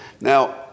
Now